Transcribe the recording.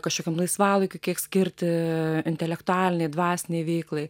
kažkokiam laisvalaikiui kiek skirti intelektualiai dvasinei veiklai